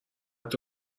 حتی